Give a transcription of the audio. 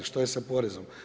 Što je sa porezom?